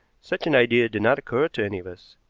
such an idea did not occur to any of us.